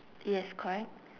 yes correct